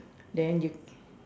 then you